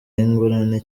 y’ingurane